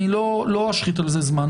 אני לא אשחית על זה זמן.